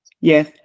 yes